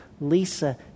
Lisa